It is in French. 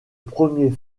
premier